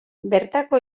bertako